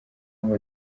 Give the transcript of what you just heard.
ngo